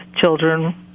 children